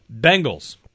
Bengals